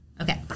Okay